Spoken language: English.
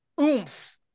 oomph